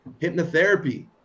hypnotherapy